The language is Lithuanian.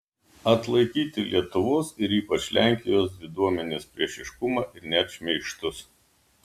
atlaikyti lietuvos ir ypač lenkijos diduomenės priešiškumą ir net šmeižtus